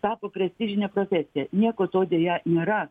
tapo prestižine profesija nieko to deja nėra